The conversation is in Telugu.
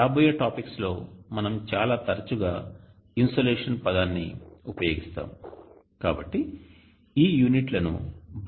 రాబోయే టాపిక్స్ లో మనం చాలా తరచుగా ఇన్సోలేషన్ పదాన్ని ఉపయోగిస్తాము కాబట్టి ఈ యూనిట్లను బాగా గా గుర్తుంచుకోండి